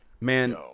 man